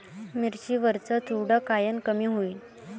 मिरची वरचा चुरडा कायनं कमी होईन?